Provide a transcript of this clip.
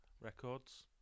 records